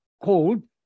called